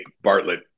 Bartlett